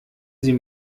sie